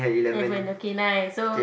when the K nine so